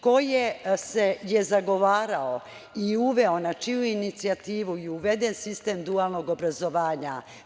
Ko je zagovarao i uveo, na čiju inicijativu je uveden sistem dualnog obrazovanja?